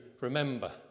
remember